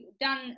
done